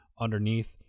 underneath